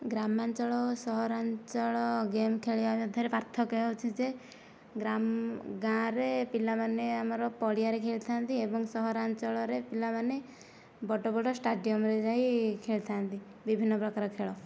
ଗ୍ରାମାଞ୍ଚଳ ଓ ସହରାଞ୍ଚଳ ଗେମ୍ ଖେଳିବା ମଧ୍ୟରେ ପାର୍ଥକ୍ୟ ହେଉଛି ଯେ ଗ୍ରାମ ଗାଁରେ ପିଲାମାନେ ଆମର ପଡ଼ିଆରେ ଖେଳିଥାଆନ୍ତି ଏବଂ ସହରାଞ୍ଚଳରେ ପିଲାମାନେ ବଡ଼ ବଡ଼ ଷ୍ଟାଡିୟମ୍ରେ ଯାଇ ଖେଳିଥାଆନ୍ତି ବିଭନ୍ନ ପ୍ରକାର ଖେଳ